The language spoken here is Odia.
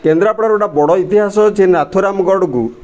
କେନ୍ଦ୍ରାପଡ଼ାରୁ ଗୋଟେ ବଡ଼ ଇତିହାସ ଅଛି ନାଥୁରାମଗଡ଼କୁ